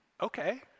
okay